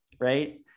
right